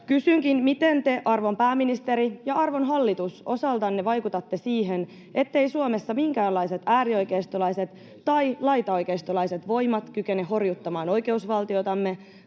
Kysynkin: Miten te, arvon pääministeri ja arvon hallitus, osaltanne vaikutatte siihen, etteivät Suomessa minkäänlaiset äärioikeistolaiset tai laitaoikeistolaiset voimat kykene horjuttamaan oikeusvaltiotamme